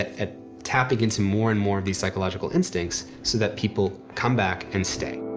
at tapping into more and more of these psychological instincts, so that people come back and stay.